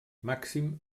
màxim